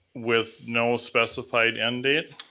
with no specified end date.